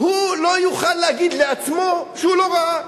הוא לא יוכל להגיד לעצמו שהוא לא ראה.